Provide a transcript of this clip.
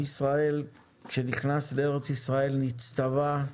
כאשר עם ישראל נכנס לארץ ישראל נצטווה: